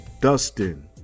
Dustin